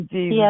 Yes